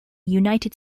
united